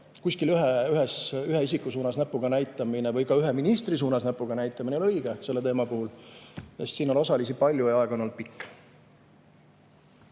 et ühe isiku suunas näpuga näitamine või ka ühe ministri suunas näpuga näitamine ei ole õige selle teema puhul, sest siin on osalisi palju ja aeg on olnud pikk.